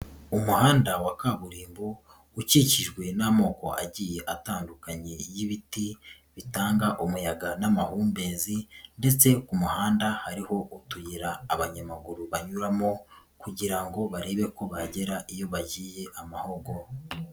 Umuhanda wa kaburimbo ukikijwe n'amoko agiye atandukanye y'ibiti bitanga umuyaga n'amahumbezi, ndetse ku muhanda hariho utuyira abanyamaguru banyuramo kugira ngo barebe ko bagera iyo bagiye amahogo.